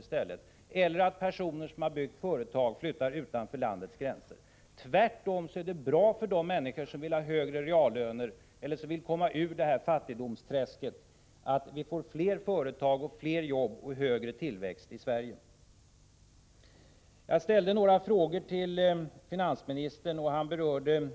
Inte heller har de någon glädje av att personer som har byggt upp företag flyttar utanför landets gränser. Tvärtom är det bra för de människor som vill ha högre reallöner eller komma ut ur detta fattigdomsträsk att vi får fler företag, fler jobb och ökad tillväxt i Sverige. Jag ställde några frågor till finansministern, och han berörde